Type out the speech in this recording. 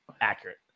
accurate